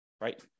right